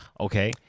Okay